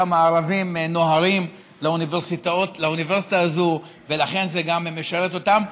גם הערבים נוהרים לאוניברסיטה הזו ולכן זה גם משרת אותם.